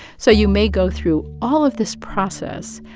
so you may go through all of this process,